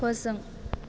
फोजों